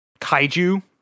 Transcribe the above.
kaiju